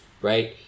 right